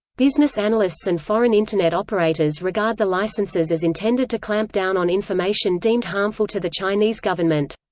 business analysts and foreign internet operators regard the licenses as intended to clamp down on information deemed harmful to the chinese government.